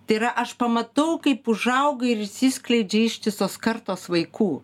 tai yra aš pamatau kaip užauga ir išsiskleidžia ištisos kartos vaikų